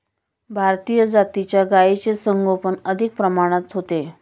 भारतीय जातीच्या गायींचे संगोपन अधिक प्रमाणात होते